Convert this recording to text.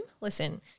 listen